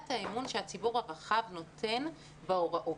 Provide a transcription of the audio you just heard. האמון שהציבור הרחב נותן בהוראות.